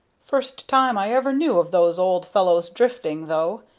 first time i ever knew of those old fellows drifting, though.